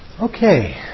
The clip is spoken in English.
Okay